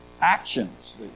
actions